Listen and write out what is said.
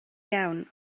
iawn